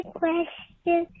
question